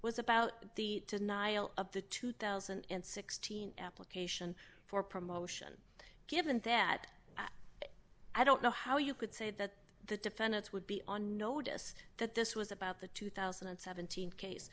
was about the denial of the two thousand and sixteen patients for promotion given that i don't know how you could say that the defendant would be on notice that this was about the two thousand and seventeen case